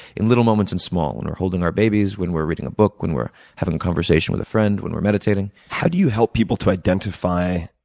in little moments and small when and we're holding our babies, when we're reading a book, when we're having a conversation with a friends, when we're meditating how do you help people to identify